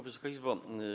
Wysoka Izbo!